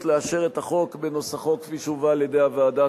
ולאשר את החוק בנוסחו כפי שהובא על-ידי הוועדה.